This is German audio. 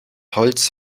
holz